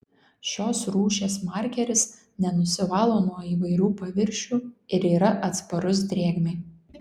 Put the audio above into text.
šios rūšies markeris nenusivalo nuo įvairių paviršių ir yra atsparus drėgmei